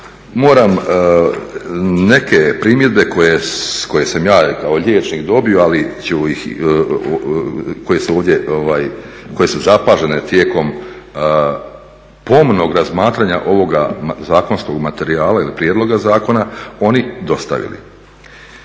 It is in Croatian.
moram neke primjedbe koje sam ja kao liječnik dobio, koje su zapažene tijekom pomnog razmatranja ovog zakonskog materijala ili prijedloga zakona, oni dostavili.